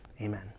Amen